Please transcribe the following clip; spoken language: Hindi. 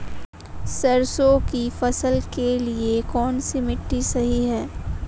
सरसों की फसल के लिए कौनसी मिट्टी सही हैं?